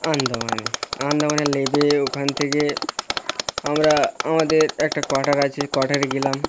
আন্দামানে আন্দামানে নেমে ওখান থেকে আমরা আমাদের একটা কোয়াটার আছে কোয়াটারে গেলাম